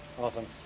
Awesome